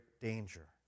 danger